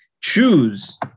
choose